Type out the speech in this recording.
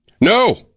No